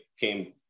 came